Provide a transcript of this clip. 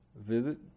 visit